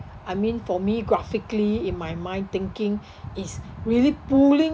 I mean for me graphically in my mind thinking is really pulling